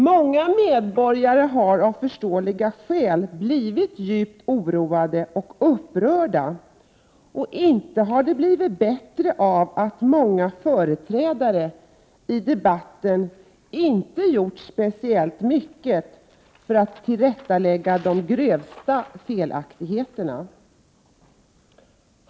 Många medborgare har av förståeliga skäl blivit djupt oroade och upprörda, och inte har det blivit bättre av att många deltagare i debatten inte gjort speciellt mycket för att tillrättalägga de grövsta felaktigheterna.